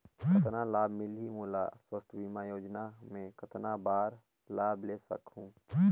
कतना लाभ मिलही मोला? स्वास्थ बीमा योजना मे कतना बार लाभ ले सकहूँ?